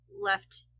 left